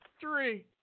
Three